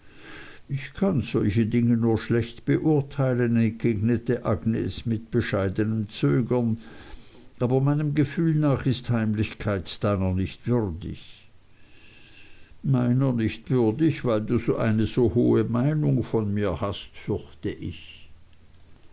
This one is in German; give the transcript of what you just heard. ich kann solche dinge nur schlecht beurteilen entgegnete agnes mit bescheidenem zögern aber meinem gefühl nach ist heimlichkeit deiner nicht würdig meiner nicht würdig weil du eine so hohe meinung von mir hast fürchte ich